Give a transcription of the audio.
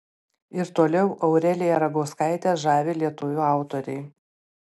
ir toliau aureliją ragauskaitę žavi lietuvių autoriai